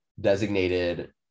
designated